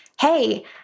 Hey